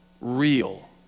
real